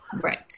Right